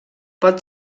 pot